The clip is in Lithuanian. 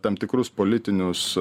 tam tikrus politinius